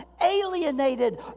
alienated